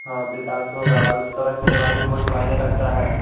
हाँ विकास होगा और सड़क निर्माण भी बहुत मायने रखता है